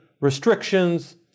restrictions